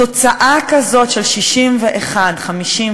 תוצאה כזאת של 61 59,